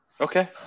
Okay